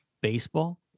baseball